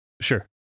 Sure